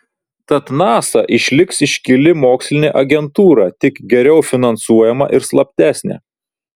tad nasa išliks iškili mokslinė agentūra tik geriau finansuojama ir slaptesnė